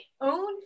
own